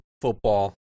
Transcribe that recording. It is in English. football